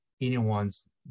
anyone's